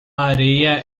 areia